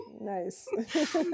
nice